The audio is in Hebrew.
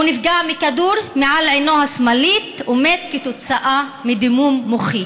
הוא נפגע מכדור מעל עינו השמאלית ומת כתוצאה מדימום מוחי.